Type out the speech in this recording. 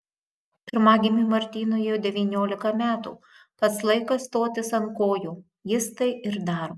pirmagimiui martynui jau devyniolika metų pats laikas stotis ant kojų jis tai ir daro